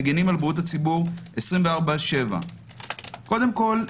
מגנים על בריאות הציבור 24/7. קודם כל,